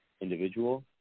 individual